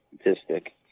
statistic